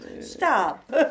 Stop